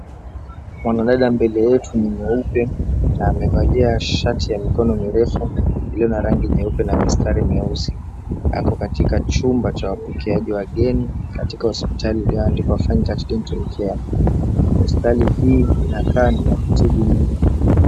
Mwanadada mbele yetu ni mweupe na amevalia shati ya mikono mirefu iliyo na rangi nyeupe na mistari nyeusi, ako katika chumba cha wapokeaji wageni katika hospitali iliyoandikwa Fine Touch Dental Care. Hospitali hii inakaa ni ya kutibu meno.